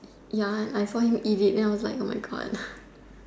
Ya I fall he elite then I was like oh my God